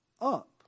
up